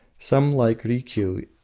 some, like rikiu,